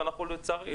ולצערי,